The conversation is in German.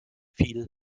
viel